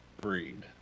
breed